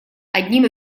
одним